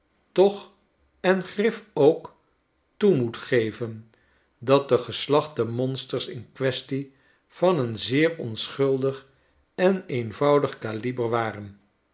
toch en grif ook toe moet geven dat de geslachte monsters in quaestie van een zeer onschuldig en eenvoudig kaliber waren